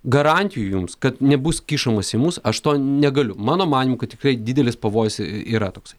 garantijų jums kad nebus kišamasi į mūsų aš to negaliu mano manymu kad tikrai didelis pavojus yra toksai